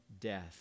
death